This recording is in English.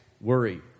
worry